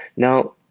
now,